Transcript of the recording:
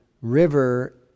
river